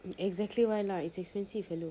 exactly why lah it's expensive hello